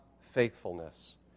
faithfulness